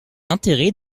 intérêt